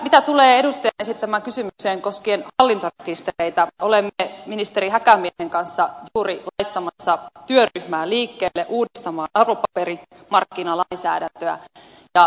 mitä tulee edustajan esittämään kysymykseen koskien hallintarekistereitä olemme ministeri häkämiehen kanssa ori saa pyörä vaan liike ja uudet juuri laittamassa työryhmää liikkeelle uudistamaan arvopaperimarkkinalainsäädäntöä